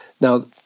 now